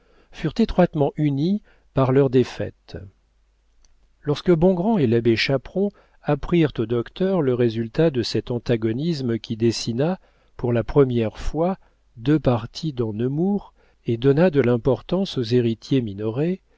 furent étroitement unis par leur défaite lorsque bongrand et l'abbé chaperon apprirent au docteur le résultat de cet antagonisme qui dessina pour la première fois deux partis dans nemours et donna de l'importance aux héritiers minoret